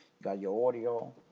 got your audio,